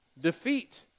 defeat